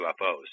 UFOs